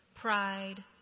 pride